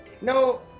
No